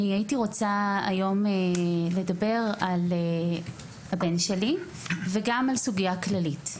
הייתי רוצה היום לדבר על הבן שלי וגם על סוגיה כללית.